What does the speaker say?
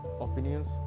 opinions